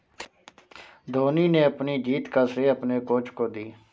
धोनी ने अपनी जीत का श्रेय अपने कोच को दी